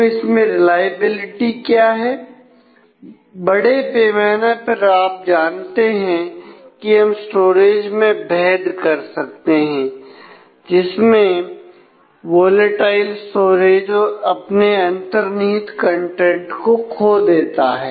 तो इसमें रिलायबिलिटी क्या है बड़े पैमाने पर आप जानते हैं कि हम स्टोरेज में भेद कर सकते हैं जिसमें वोलेटाइल स्टोरेज को खो देता है